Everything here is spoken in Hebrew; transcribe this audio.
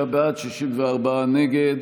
55 בעד, 64 נגד.